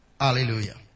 Hallelujah